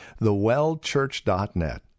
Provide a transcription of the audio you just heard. thewellchurch.net